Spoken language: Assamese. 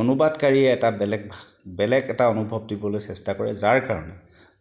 অনুবাদকাৰীয়ে এটা বেলেগ বেলেগ এটা অনুভৱ দিবলৈ চেষ্টা কৰে যাৰ কাৰণে